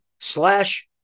slash